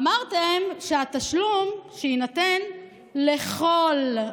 אמרתם שהתשלום שיינתן לכל נפש,